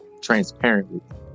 transparently